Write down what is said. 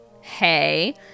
Hey